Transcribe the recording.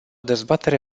dezbatere